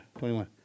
21